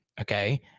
Okay